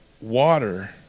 water